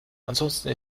ansonsten